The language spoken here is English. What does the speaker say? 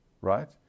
right